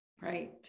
Right